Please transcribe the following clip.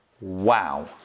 Wow